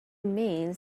means